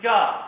God